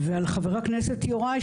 ועל חבר הכנסת יוראי,